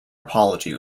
apology